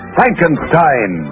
Frankenstein